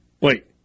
Wait